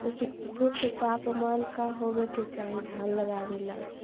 उपयुक्त तापमान का होबे के चाही धान लगावे ला?